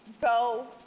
go